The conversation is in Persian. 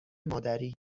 مادری